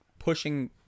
pushing